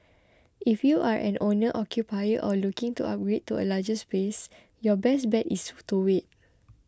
if you are an owner occupier or looking to upgrade to a larger space your best bet is to wait